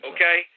Okay